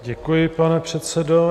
Děkuji, pane předsedo.